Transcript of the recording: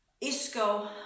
isco